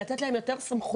לתת להם יותר סמכויות